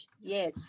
Yes